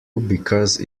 because